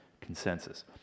consensus